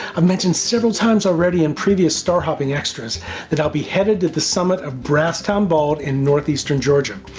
mentioned several times already in previous star hopping extras that i will be headed to the summit of brasstown bald in northeastern georgia.